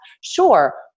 sure